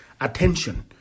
attention